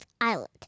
Island